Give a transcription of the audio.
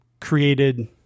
created